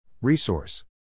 Resource